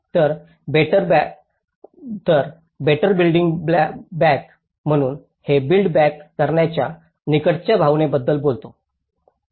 तर better building back म्हणून हे बिल्ड बॅक करण्याच्या निकडच्या भावनेबद्दल बोलते